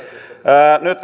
nyt